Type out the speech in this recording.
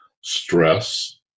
stress